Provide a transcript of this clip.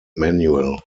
manual